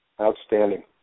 Outstanding